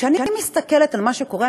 וכשאני מסתכלת על מה שקורה,